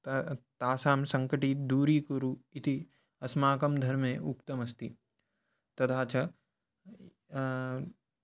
ता तासां सङ्कटं दूरीकुरु इति अस्माकं धर्मे उक्तमस्ति तथा च